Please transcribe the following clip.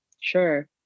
sure